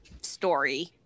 story